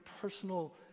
personal